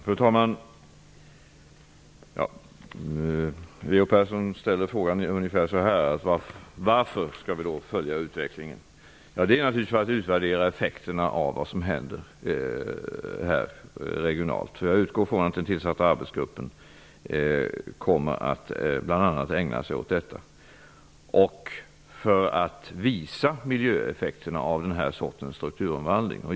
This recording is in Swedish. Fru talman! Leo Persson ställer frågan: Varför skall regeringen följa utvecklingen? Ja, det gör vi naturligtvis för att utvärdera effekterna av vad som händer regionalt -- jag utgår från att den tillsatta arbetsgruppen bl.a. kommer att ägna sig åt detta -- och för att visa miljöeffekterna av den här typen av strukturomvandling.